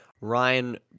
Ryan